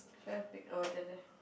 try to pick our attended